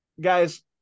guys